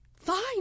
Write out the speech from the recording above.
Fine